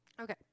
Okay